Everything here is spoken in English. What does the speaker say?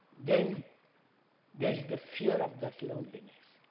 then there is the fear of that loneliness.